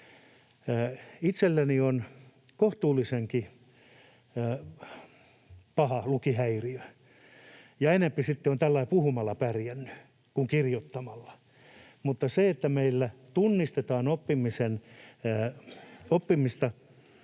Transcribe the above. Itselläni on kohtuullisenkin paha lukihäiriö, ja enempi sitten on tällä lailla puhumalla pärjännyt kuin kirjottamalla, mutta se, että meillä tunnistetaan oppimista